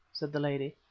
said the lady.